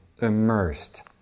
immersed